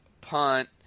punt